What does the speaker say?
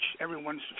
everyone's